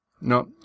no